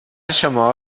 شماها